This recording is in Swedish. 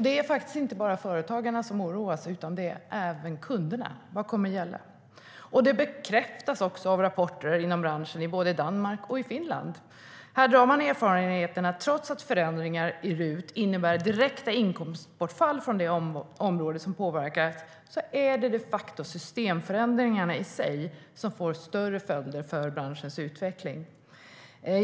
Det är faktiskt inte bara företagarna som oroas, utan det är även kunderna - vad kommer att gälla?